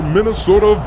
Minnesota